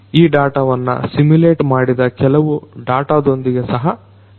ಈ ಡಾಟವನ್ನ ಸಿಮುಲೇಟ್ ಮಾಡಿದ ಕೆಲವು ಡಾಟದೊಂದಿಗೆ ಸಹ ಹೆಚ್ಚಿಸಬಹುದು